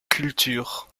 culture